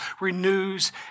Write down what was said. renews